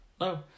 No